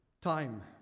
time